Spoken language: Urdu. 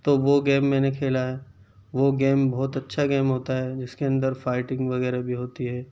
تو وہ گیم میں نے کھیلا ہے وہ گیم بہت اچھا گیم ہوتا ہے جس کے اندر فائٹنگ وغیرہ بھی ہوتی ہے